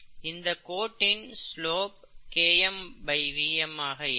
இந்த கோட்டின் slope KmVm ஆக இருக்கும்